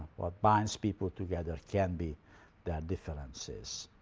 what binds people together can be their differences.